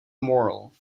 morrell